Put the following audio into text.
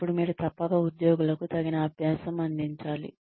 అప్పుడు మీరు తప్పక ఉద్యోగులకు తగిన అభ్యాసం అందించాలి